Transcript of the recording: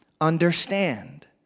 understand